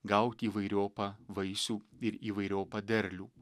gauti įvairiopą vaisių ir įvairiopą derlių